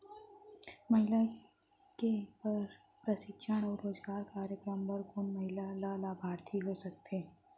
महिला के बर प्रशिक्षण अऊ रोजगार कार्यक्रम बर कोन महिला ह लाभार्थी हो सकथे?